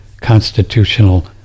constitutional